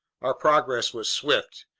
our progress was swift.